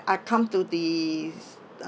I come to this the